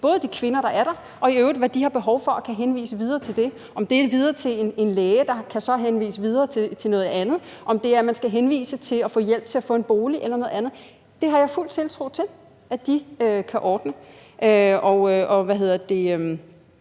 til de kvinder, der er der, og hvad de i øvrigt har behov for, og så kan de henvise videre til det. Om det er videre til en læge, der så kan henvise videre til noget andet, eller om det er, at man skal henvises til at få hjælp til at få en bolig eller noget andet, har jeg fuld tiltro til, at de kan ordne. Så jeg synes egentlig